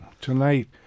Tonight